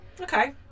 okay